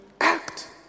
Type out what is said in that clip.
act